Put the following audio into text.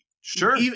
sure